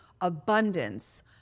abundance